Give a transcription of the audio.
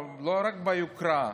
לא רק ביוקרה,